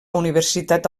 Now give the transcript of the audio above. universitat